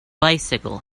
bicycle